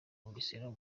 bugesera